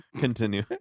continue